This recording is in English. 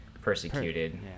persecuted